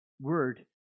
word